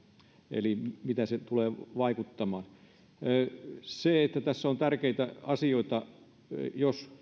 eli siitä miten se tulee vaikuttamaan tässä on tärkeitä asioita jos